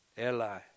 Eli